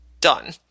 Done